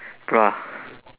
bruh